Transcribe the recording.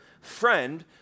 friend